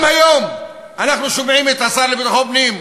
גם היום אנחנו שומעים את השר לביטחון פנים.